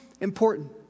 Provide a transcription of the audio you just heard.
important